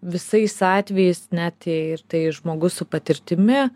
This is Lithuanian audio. visais atvejais net jei ir tai žmogus su patirtimi